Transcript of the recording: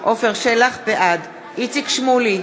בעד איציק שמולי,